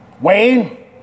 Wayne